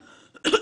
היושב-ראש,